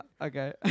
Okay